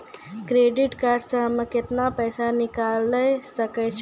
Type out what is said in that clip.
Credit card से हम्मे केतना पैसा निकाले सकै छौ?